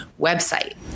website